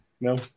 No